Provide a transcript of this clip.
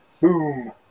Boom